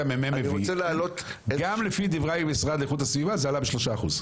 גם לפי דברי המשרד לאיכות הסביבה זה עלה ב-3%.